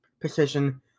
position